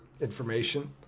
information